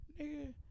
nigga